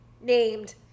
named